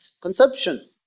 conception